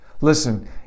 Listen